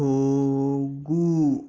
ಹೋಗು